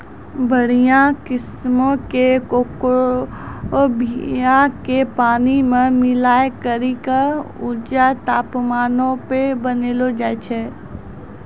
बढ़िया किस्मो के कोको बीया के पानी मे मिलाय करि के ऊंचा तापमानो पे बनैलो जाय छै